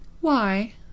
Why